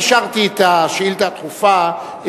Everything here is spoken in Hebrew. אני אישרתי את השאילתא הדחופה,